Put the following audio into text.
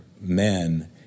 men